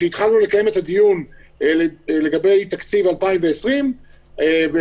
כשהתחלנו לקיים את הדיון לגבי תקציב 2020 והתחלנו